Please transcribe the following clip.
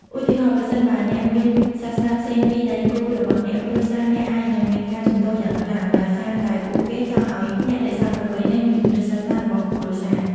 ឧទាហរណ៍ ប្រសិនបើអ្នកមានសាសនាផ្សេងពីដៃគូរបស់អ្នក គ្រួសារអ្នកអាចនឹងមានការជំទាស់យ៉ាងខ្លាំង ដោយសារតែពួកគេចង់ឲ្យអ្នករក្សាប្រពៃណី និងជំនឿសាសនារបស់គ្រួសារ។